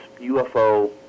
UFO